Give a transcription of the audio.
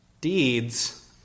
deeds